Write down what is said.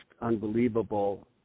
unbelievable